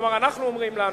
כלומר אנחנו אומרים לנו,